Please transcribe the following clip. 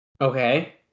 okay